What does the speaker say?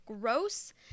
gross